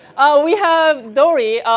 we have dory.